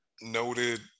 noted